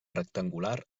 rectangular